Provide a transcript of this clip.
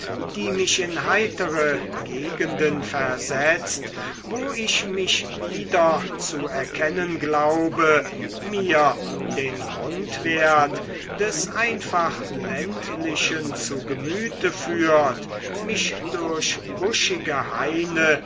die mich in heitere gegenden versetzt wo ich mich wiederzuerkennen glaube mir den grundwert des einfach ländlichen zu gemüte führt mich durch buschige haine